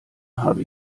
habe